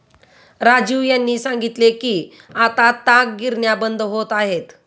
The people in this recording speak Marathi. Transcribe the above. राजीव यांनी सांगितले की आता ताग गिरण्या बंद होत आहेत